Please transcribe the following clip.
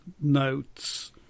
notes